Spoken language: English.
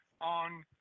on